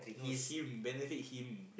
him benefit him